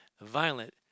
violent